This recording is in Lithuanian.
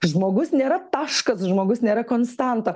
žmogus nėra taškas žmogus nėra konstanta